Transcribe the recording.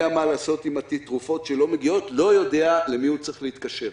מה לעשות עם התרופות שלא מגיעות לא יודע אל מי הוא צריך להתקשר.